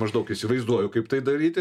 maždaug įsivaizduoju kaip tai daryti